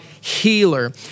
healer